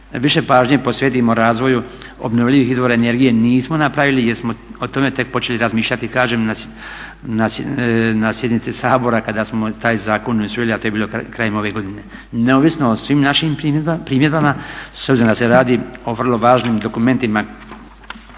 više pažnje posvetimo razvoju obnovljivih izvora energije. Nismo napravili jer smo o tome tek počeli razmišljati, kažem na sjednici Sabora kada smo taj zakon i usvojili, a to je bilo krajem ove godine. I neovisno o svim našim primjedbama, s obzirom da se radi o vrlo važnim dokumentima